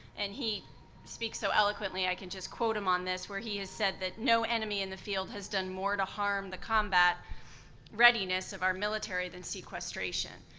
and he speaks so eloquently, i can just quote him on this, where he has said that no enemy in the field has done more to harm the combat readiness of our military than sequestration.